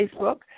Facebook